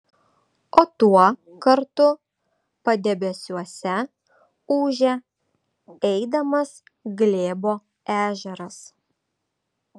o tuo kartu padebesiuose ūžė eidamas glėbo ežeras